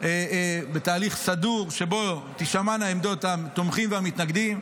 סדור שבו תישמענה עמדות התומכים והמתנגדים,